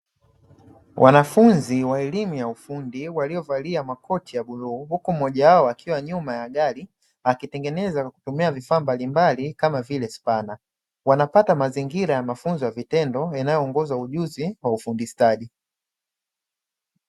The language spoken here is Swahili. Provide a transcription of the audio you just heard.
Wanafunzi wa elimu ya ufundi waliovalia makoti ya bluu huku mmoja wao akiwa nyuma ya gari, akitengeneza kwa kutumia vifaa mbalimbali kama vile spana, wanapata mazingira ya mafunzo kwa vitendo yanayoongeza ujuzi kwa ufundi stadi.